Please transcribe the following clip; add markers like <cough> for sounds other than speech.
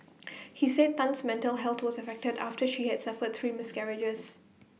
<noise> he said Tan's mental health was affected after she had suffered three miscarriages